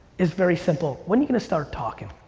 is very simple. when are you gonna start talking?